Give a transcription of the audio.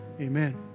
amen